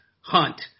Hunt